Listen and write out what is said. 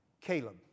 Caleb